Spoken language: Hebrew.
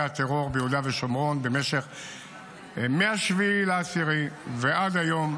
הטרור ביהודה ושומרון מ-7 באוקטובר ועד היום,